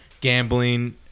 gambling